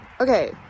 Okay